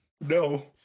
No